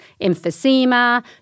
emphysema